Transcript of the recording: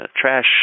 trash